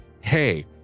hey